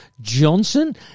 Johnson